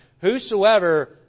Whosoever